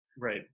Right